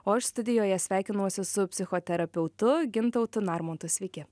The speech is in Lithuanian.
o aš studijoje sveikinuosi su psichoterapeutu gintautu narmontu sveiki